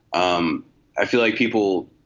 um i feel like people.